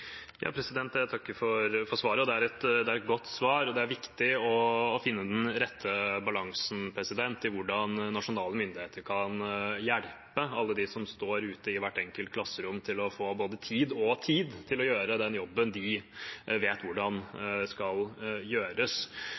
Jeg takker for svaret, og det er et godt svar. Det er viktig å finne den rette balansen i hvordan nasjonale myndigheter kan hjelpe alle dem som står ute i hvert enkelt klasserom, til å få både tid og mulighet til å gjøre den jobben de vet hvordan skal gjøres.